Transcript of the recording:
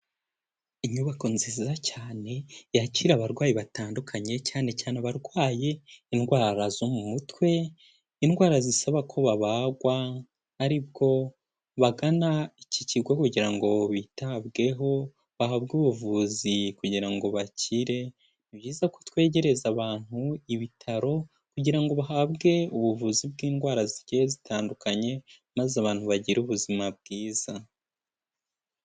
Inyubako nziza cyane yakira abarwayi batandukanye cyane cyane abarwaye indwara zo mu mutwe indwara zisaba ko babagwa aribwo bagana iki kigo kugira ngo bitabweho bahabwe ubuvuzi kugira ngo bakire, ni byiza ko twegereza abantu ibitaro kugira ngo bahabwe ubuvuzi bw'indwara zigiye zitandukanye maze abantu bagire ubuzima bwiza.